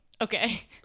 okay